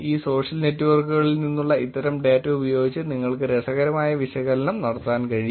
ഈ സോഷ്യൽ നെറ്റ്വർക്കുകളിൽ നിന്നുള്ള ഇത്തരം ഡേറ്റ ഉപയോഗിച്ച് നിങ്ങൾക്ക് രസകരമായ വിശകലനം നടത്താൻ കഴിയും